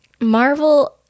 Marvel